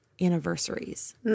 anniversaries